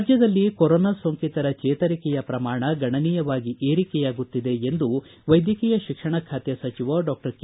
ರಾಜ್ಯದಲ್ಲಿ ಕೊರೊನಾ ಸೋಂಕತರ ಚೇತರಿಕೆಯ ಪ್ರಮಾಣ ಗಣನೀಯವಾಗಿ ಏರಿಕೆಯಾಗುತ್ತಿದೆ ಎಂದು ವೈದ್ಯಕೀಯ ಶಿಕ್ಷಣ ಖಾತೆ ಸಚಿವ ಡಾಕ್ಟರ್ ಕೆ